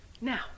Now